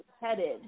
headed